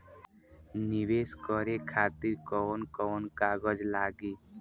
नीवेश करे खातिर कवन कवन कागज लागि?